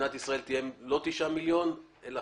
מדינת ישראל תהיה לא עם תשעה מיליון תושבים אלא